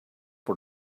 for